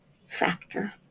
factor